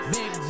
Big